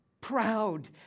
proud